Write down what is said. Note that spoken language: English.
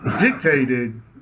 dictated